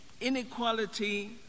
inequality